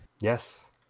Yes